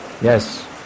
yes